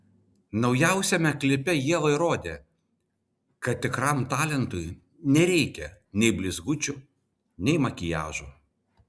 naujausiame klipe ieva įrodė kad tikram talentui nereikia nei blizgučių nei makiažo